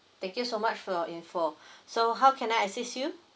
thank you so much for your info so how can I assist you